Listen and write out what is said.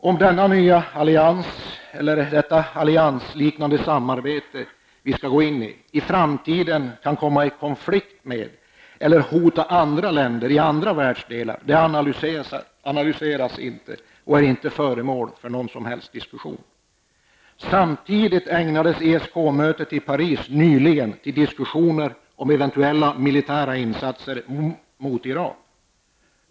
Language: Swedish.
Om detta nya alliansliknande samarbete vi skall gå in i i framtiden kan komma i konflikt med eller hota andra länder i andra världsdelar analyseras inte och är inte föremål för någon som helst diskussion. Samtidigt ägnades ESK-mötet i Paris nyligen åt diskussioner om eventuella militära insatser mot Irak.